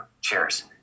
Cheers